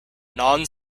non